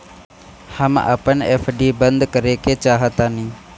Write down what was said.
हम अपन एफ.डी बंद करेके चाहातानी